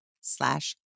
slash